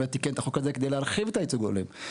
באמת תיקן את החוק הזה כדי להרחיב את הייצוג ההולם.